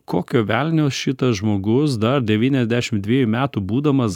kokio velnio šitas žmogus dar devyniasdešim dviejų metų būdamas